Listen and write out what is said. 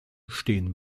stehen